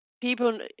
people